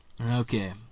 Okay